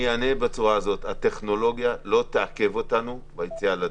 אומר זאת כך: הטכנולוגיה לא תעכב אותנו ביציאה לדרך.